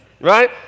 right